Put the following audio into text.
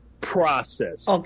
process